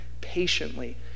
patiently